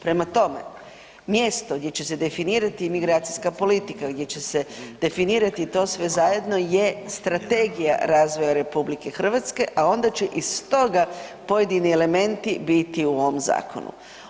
Prema tome, mjesto gdje će se definirati imigracijska politika, gdje će se definirati to sve zajedno je strategija razvoja RH, a onda će iz toga pojedini elementi biti u ovom zakonu.